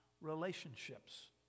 Relationships